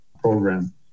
program